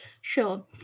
Sure